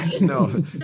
No